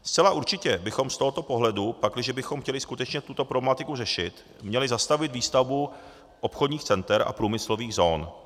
Zcela určitě bychom z tohoto pohledu, pakliže bychom chtěli skutečně tuto problematiku řešit, měli zastavit výstavbu obchodních center a průmyslových zón.